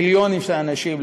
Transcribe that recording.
מיליונים של אנשים,